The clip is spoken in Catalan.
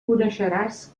coneixeràs